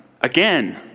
Again